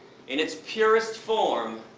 in its purest form,